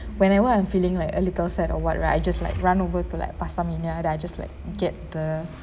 whenever I'm feeling like a little sad or what I just like run over to like pastamania and I just like get the